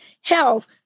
health